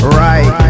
right